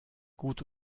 gut